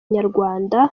inyarwanda